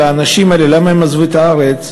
האנשים האלה בשאלה למה הם עזבו את הארץ,